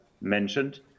mentioned